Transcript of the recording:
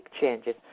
changes